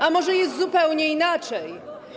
A może jest zupełnie inaczej?